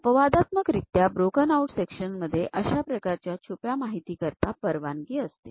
अपवादात्मक रित्या या ब्रोकन आऊट सेक्शन्स मध्ये अशा प्रकारच्या छुप्या माहिती करिता परवानगी असते